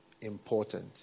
important